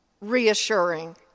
reassuring